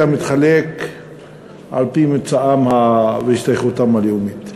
מתחלק על-פי מוצאם והשתייכותם הלאומית.